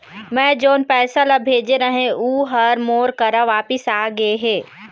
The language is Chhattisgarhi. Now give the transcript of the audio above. मै जोन पैसा ला भेजे रहें, ऊ हर मोर करा वापिस आ गे हे